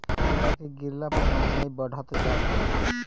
रूपया के गिरला पअ महंगाई बढ़त जात बाटे